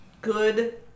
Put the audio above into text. good